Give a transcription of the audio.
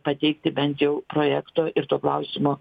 pateikti bent jau projekto ir to klausimo